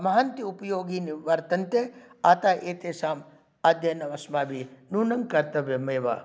महन्ति उपयोगीनि वर्तन्ते अतः एतेषाम् अध्ययनमस्माभिः नूनं कर्तव्यम् एव